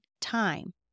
time